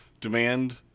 demand